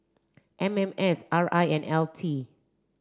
M M S R I and L T